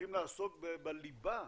צריכים לעסוק בליבה.